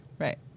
Right